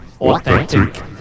Authentic